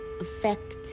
affect